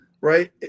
right